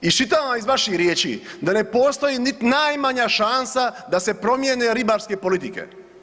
Iščitavam vam iz vaših riječi da ne postoji nit najmanja šansa da se promijene ribarske politike.